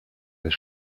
des